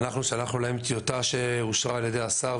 אנחנו שלחנו להם טיוטה שאושרה על ידי השר,